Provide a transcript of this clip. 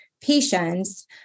patients